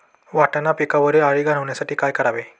वाटाणा पिकावरील अळी घालवण्यासाठी काय करावे?